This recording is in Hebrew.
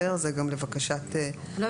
זה גם לבקשת --- לא הבנתי,